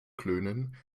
klönen